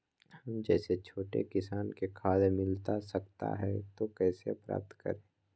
हम जैसे छोटे किसान को खाद मिलता सकता है तो कैसे प्राप्त करें?